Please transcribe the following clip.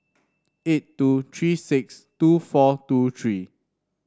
eight two three six two four two three